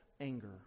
anger